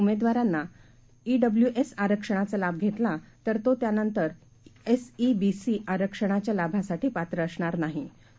उमेदवारानंईडब्ल्यूएसआरक्षणाचालाभघेतलातरतोत्यानंतरएसईबीसीआरक्षणाच्यालाभासाठीपात्रअसणारनाही